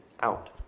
out